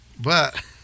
But-